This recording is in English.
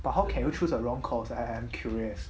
but how can you choose a wrong course I I am curious